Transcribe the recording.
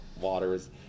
waters